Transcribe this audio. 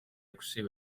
ექვსი